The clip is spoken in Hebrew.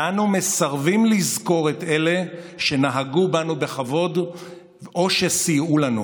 ואנו מסרבים לזכור את אלה שנהגו בנו כבוד או שסייעו לנו.